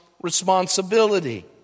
responsibility